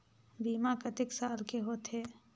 बीमा कतेक साल के होथे?